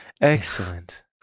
Excellent